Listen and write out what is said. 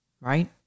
right